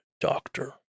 doctor